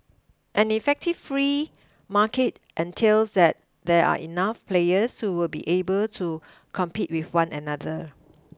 an effective free market entails that there are enough players who will be able to compete with one another